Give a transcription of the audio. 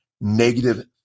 negative